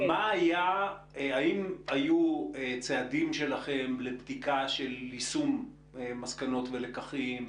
האם היו צעדים שלכם לבדיקה של יישום מסקנות ולקחים?